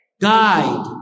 Guide